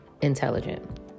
intelligent